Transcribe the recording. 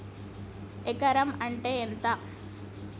ఎకరం అంటే ఎంత?